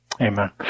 Amen